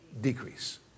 Decrease